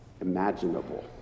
imaginable